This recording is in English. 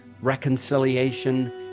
reconciliation